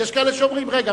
יש כאלה שאומרים: רגע,